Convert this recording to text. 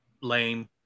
lame